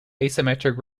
asymmetric